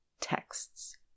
texts